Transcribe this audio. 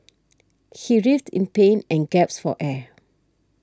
he writhed in pain and gasped for air